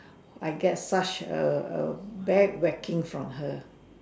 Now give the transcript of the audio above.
I get such a A bad whacking from her